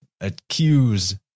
accuse